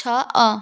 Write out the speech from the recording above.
ଛଅ